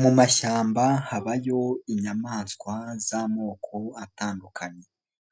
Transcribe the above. Mu mashyamba habayo inyamaswa z'amoko atandukanye.